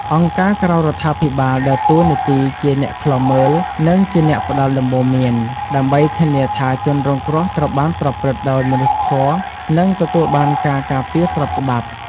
អង្គការក្រៅរដ្ឋាភិបាលដើរតួនាទីជាអ្នកឃ្លាំមើល និងជាអ្នកផ្ដល់ដំបូន្មាន ដើម្បីធានាថាជនរងគ្រោះត្រូវបានប្រព្រឹត្តដោយមនុស្សធម៌ និងទទួលបានការការពារស្របច្បាប់។